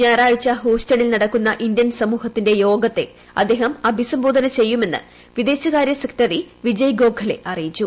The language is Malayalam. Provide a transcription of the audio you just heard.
ഞായറാഴ്ച ഹൂസ്റ്റണിൽ നടക്കുന്ന ഇന്ത്യൻ സമൂഹത്തിന്റെ യോഗത്തെ അദ്ദേഹം അഭിസംബോധന ചെയ്യുമെന്ന് വിദേശകാരൃ സെക്രട്ടറി വിജയ് ഗോഖലെ അറിയിച്ചു